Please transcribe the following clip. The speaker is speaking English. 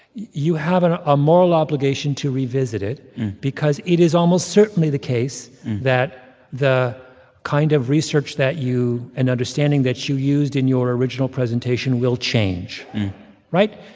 you have a ah ah moral obligation to revisit it because it is almost certainly the case that the kind of research that you and understanding that you used in your original presentation will change right?